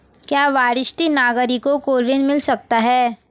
क्या वरिष्ठ नागरिकों को ऋण मिल सकता है?